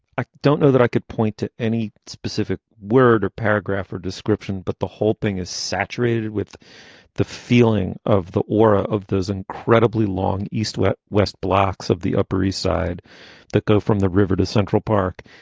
i don't know that i could point to any specific word or paragraph or description, but the whole thing is saturated with the feeling of the aura of those incredibly long east, west west blocks of the upper east side that go from the river to central park.